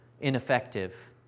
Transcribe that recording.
ineffective